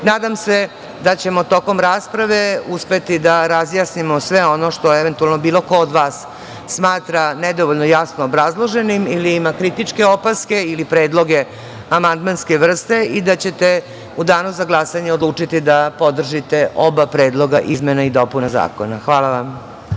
nadam se da ćemo tokom rasprave uspeti da razjasnimo sve ono što eventualno bilo ko od vas smatra nedovoljno jasno obrazloženim ili ima kritičke opaske ili predloge amandmanske vrste i da ćete u danu za glasanje odlučiti da podržite oba predloga izmena i dopuna zakona. Hvala vam.